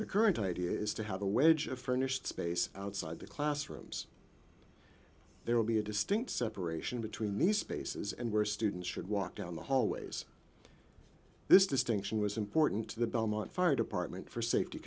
the current idea is to have a wedge of furnished space outside the classrooms there will be a distinct separation between these spaces and where students should walk down the hallways this distinction was important to the belmont fire department for safety